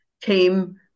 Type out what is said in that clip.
came